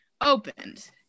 opened